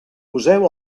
poseu